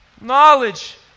knowledge